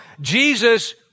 Jesus